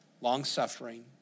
long-suffering